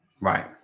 Right